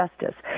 justice